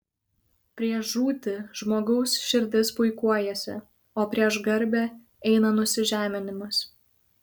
prieš žūtį žmogaus širdis puikuojasi o prieš garbę eina nusižeminimas